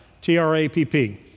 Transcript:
T-R-A-P-P